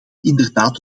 inderdaad